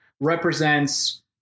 represents